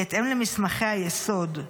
בהתאם למסמכי היסוד,